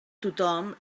tothom